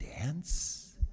dance